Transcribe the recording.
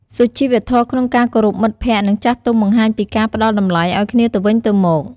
សុជីវធម៌ក្នុងការគោរពមិត្តភក្តិ និងចាស់ទុំបង្ហាញពីការផ្ដល់តម្លៃឱ្យគ្នាទៅវិញទៅមក។